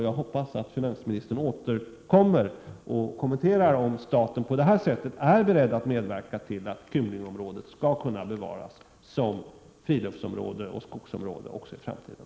Jag hoppas att finansministern återkommer och kommenterar frågan om staten på det här sättet är beredd att medverka till att Kymlingeområdet skall kunna bevaras som friluftsområde och skogsområde också i framtiden.